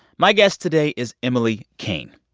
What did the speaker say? my guest today is emily king,